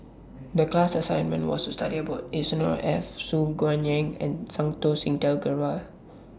The class assignment was to study about Yusnor Ef Su Guaning and Santokh Singh Grewal